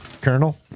Colonel